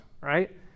right